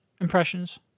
impressions